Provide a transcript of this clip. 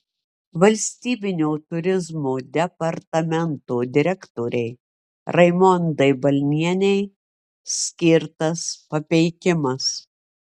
valstybinio turizmo departamento direktorei raimondai balnienei skirtas papeikimas